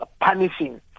punishing